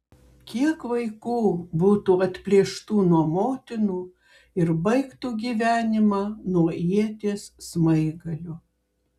kiek vaikų būtų atplėštų nuo motinų ir baigtų gyvenimą nuo ieties smaigalio